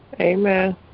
Amen